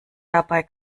dabei